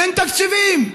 אין תקציבים.